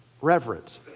reverent